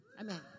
amen